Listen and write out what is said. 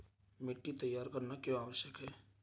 मिट्टी तैयार करना क्यों आवश्यक है?